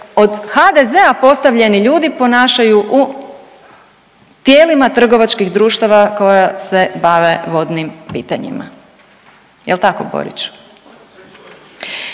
od HDZ-a postavljeni ljudi ponašaju u tijelima trgovačkih društava koja se bave vodnim pitanjima. Je li tako, Boriću?